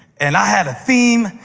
and i had a theme,